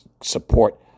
support